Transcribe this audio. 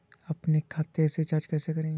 अपने खाते से रिचार्ज कैसे करें?